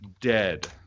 dead